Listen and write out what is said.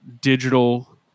digital